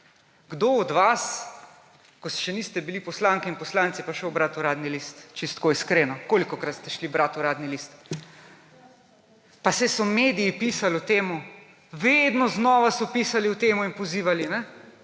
Kdo od vas, ko še niste bili poslanke in poslanci, pa je šel brat Uradni list, čisto tako iskreno. Kolikokrat ste šli brat Uradni list? Pa saj so mediji pisali o tem, vedno znova so pisali o tem in pozivali.